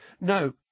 No